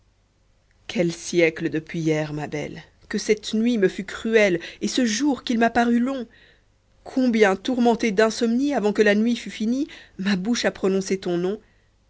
quel siècle depuis hier ma belle que cette nuit me fut cruelle et ce jour qu'il m'a paru long combien tourmenté d'insomnie avant que la nuit fut finie ma bouche a prononcé ton nom